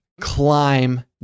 climb